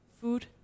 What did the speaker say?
food